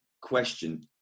question